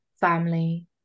family